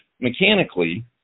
mechanically